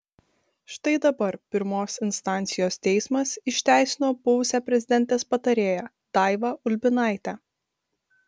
štai dabar pirmos instancijos teismas išteisino buvusią prezidentės patarėją daivą ulbinaitę